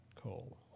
coal